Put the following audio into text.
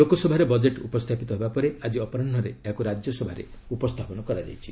ଲୋକସଭାରେ ବଜେଟ୍ ଉପସ୍ଥାପିତ ହେବା ପରେ ଆଜି ଅପରାହୁରେ ଏହାକୁ ରାଜ୍ୟସଭାରେ ଉପସ୍ଥାପନ କରାଯାଇଛି